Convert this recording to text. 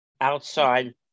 outside